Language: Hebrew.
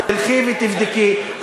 תלכי ותבדקי.